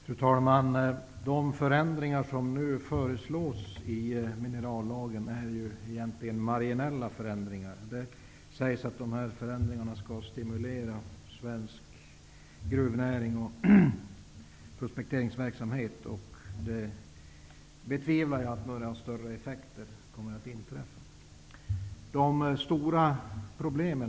Fru talman! De förändringar som nu föreslås i minerallagen är ju egentligen bara marginella förändringar. Det sägs att dessa förändringar skall stimulera svensk gruvnäring och prospekteringsverksamhet. Jag betvivlar att några större effekter kommer att inträffa.